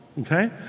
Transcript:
okay